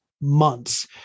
months